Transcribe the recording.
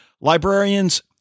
Librarians